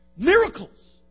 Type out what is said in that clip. Miracles